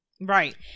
Right